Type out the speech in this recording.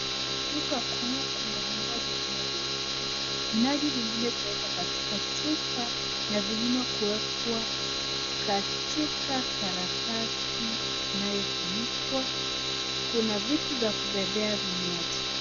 Kwenye duka kuu kuna vinywaji vinavyouzwa. Vinywaji vingine vimewekwa katika chupa na vingine kuwekwa katika karatasi inayofunikwa. Kuna vitu vya kubebea vinywaji.